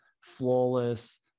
flawless